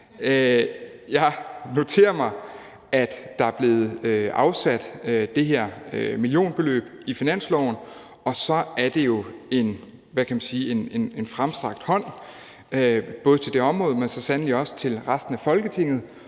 Jeg noterer mig, at der er blevet afsat det her millionbeløb i finansloven, og så er det jo en, hvad kan man sige, fremstrakt hånd både til det område, men så sandelig også til resten af Folketinget